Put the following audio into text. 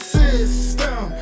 system